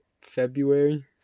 February